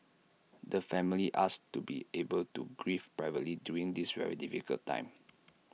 the family asks to be able to grieve privately during this very difficult time